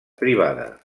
privada